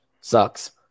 sucks